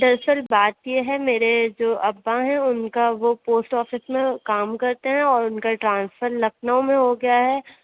دراصل بات یہ ہے میرے جو ابا ہیں اُن کا وہ پوسٹ آفس میں کام کرتے ہیں اور اُن کا ٹرانسفر لکھنؤ میں ہو گیا ہے